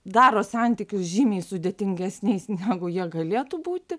daro santykius žymiai sudėtingesniais negu jie galėtų būti